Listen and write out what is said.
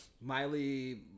Miley